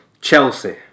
Chelsea